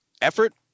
effort